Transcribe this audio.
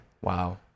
Wow